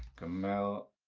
gemmell.